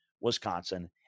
Wisconsin